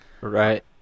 right